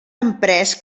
emprès